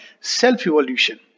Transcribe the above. self-evolution